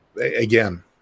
again